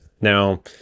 Now